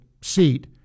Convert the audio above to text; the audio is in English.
seat